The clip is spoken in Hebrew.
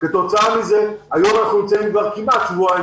כתוצאה מזה היום אנחנו נמצאים כבר כמעט שבועיים